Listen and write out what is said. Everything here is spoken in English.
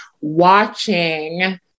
watching